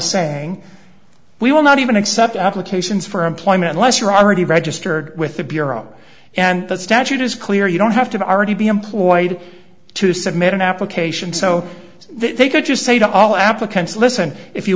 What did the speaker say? saying we will not even accept applications for employment unless you're already registered with the bureau and the statute is clear you don't have to already be employed to submit an application so they could just say to all applicants listen if you